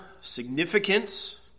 significance